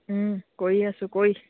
কৰি আছোঁ কৰি